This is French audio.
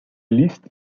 liste